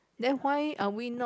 then why are we not